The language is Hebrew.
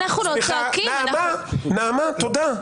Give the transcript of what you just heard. נעמה, תודה.